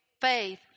Faith